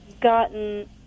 gotten